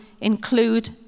include